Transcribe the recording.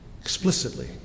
explicitly